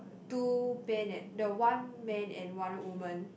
two pen at the one man and one woman